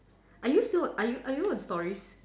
are you still are you are you on stories